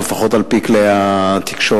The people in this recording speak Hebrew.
לפחות לפי כלי התקשורת.